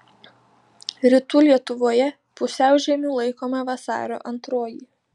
rytų lietuvoje pusiaužiemiu laikoma vasario antroji